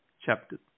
Chapter